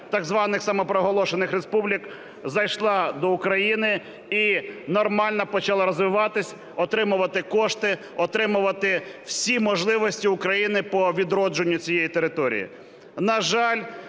так званих самопроголошених республік зайшла до України і нормально почала розвиватися, отримувати кошти, отримувати всі можливості України по відродженню цієї території.